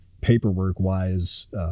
paperwork-wise